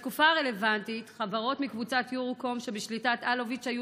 בתקופה הרלוונטית חברות מקבוצת יורוקום שבשליטת אלוביץ'